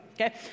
Okay